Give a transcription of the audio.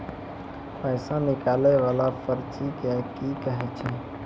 पैसा निकाले वाला पर्ची के की कहै छै?